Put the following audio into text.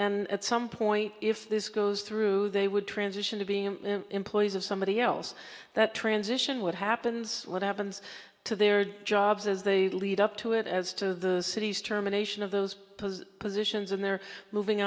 and at some point if this goes through they would transition to being employees of somebody else that transition what happens what happens to their jobs as the lead up to it as to the city's term a nation of those positions and they're moving